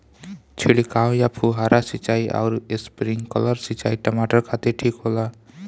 छिड़काव या फुहारा सिंचाई आउर स्प्रिंकलर सिंचाई टमाटर खातिर ठीक होला?